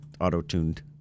auto-tuned